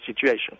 situation